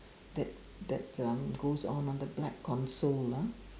that that um goes on the black console ah